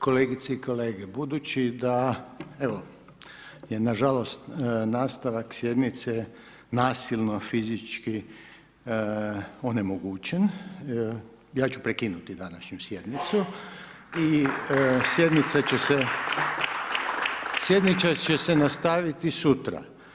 Kolegice i kolege, budući da evo je nažalost nastavak sjednice nasilno fizički onemogućen, ja ću prekinuti današnju sjednicu … i sjednica će se nastaviti sutra.